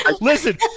Listen